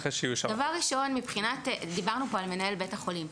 דבר ראשון, דיברנו פה על מנהל בית החולים.